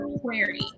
query